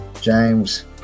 James